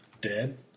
dead